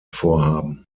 vorhaben